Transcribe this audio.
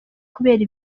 kubera